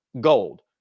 Gold